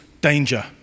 danger